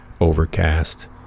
Overcast